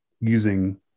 using